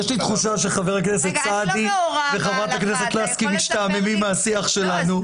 יש לי תחושה שחבר הכנסת סעדי וחברת הכנסת לסקי משתעממים מהשיח שלנו,